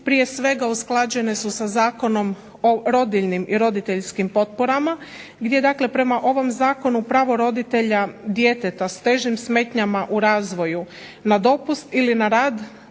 Prije svega usklađene su sa Zakonom o rodiljnim i roditeljskim potporama gdje dakle prema ovom zakonu pravo roditelja djeteta s težim smetnjama u razvoju na dopust ili na rad u